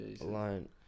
Alone